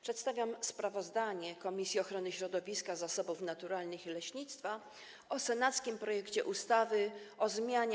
Przedstawiam sprawozdanie Komisji Ochrony Środowiska, Zasobów Naturalnych i Leśnictwa o senackim projekcie ustawy o zmianie